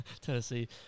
Tennessee